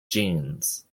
genes